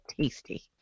tasty